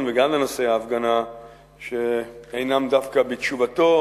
וגם לנושא ההפגנה שאינם דווקא בתשובתו,